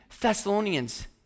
Thessalonians